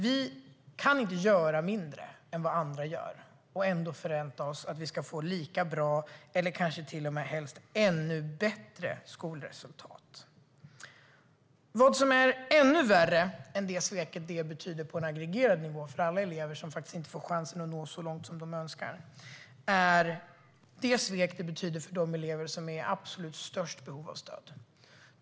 Vi kan inte göra mindre än vad andra gör och ändå förvänta oss att vi ska få lika bra eller kanske till och med helst ännu bättre skolresultat. Vad som är ännu värre än vad det sveket betyder på en aggregerad nivå för alla elever som inte får chansen att nå så långt som de önskar är det svek det betyder för de elever som är i absolut störst behov av stöd.